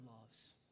loves